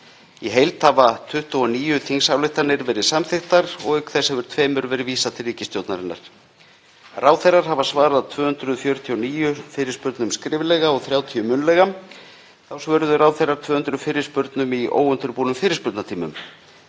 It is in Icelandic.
Í heild hafa 29 þingsályktanir verið samþykktar og auk þess hefur tveimur verið vísað til ríkisstjórnarinnar. Ráðherrar hafa svarað 249 fyrirspurnum skriflega og 30 munnlega. Þá svöruðu ráðherrar 200 fyrirspurnum í óundirbúnum fyrirspurnatímum.